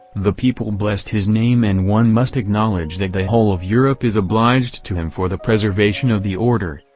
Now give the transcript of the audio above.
the people blessed his name and one must acknowledge that the whole of europe is obliged to him for the preservation of the order,